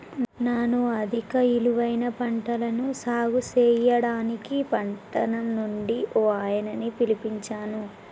నాను అధిక ఇలువైన పంటలను సాగు సెయ్యడానికి పట్టణం నుంచి ఓ ఆయనని పిలిపించాను